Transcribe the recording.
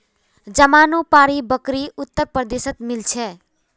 जमानुपारी बकरी उत्तर प्रदेशत मिल छे